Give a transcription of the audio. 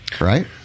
right